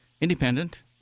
independent